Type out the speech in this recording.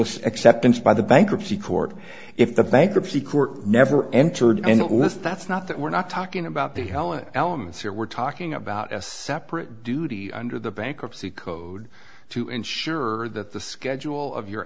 judicial acceptance by the bankruptcy court if the bankruptcy court never entered and it was that's not that we're not talking about the helen elements here we're talking about a separate duty under the bankruptcy code to ensure that the schedule of your